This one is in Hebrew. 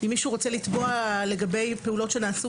אם מישהו רוצה לתבוע לגבי פעולות שנעשו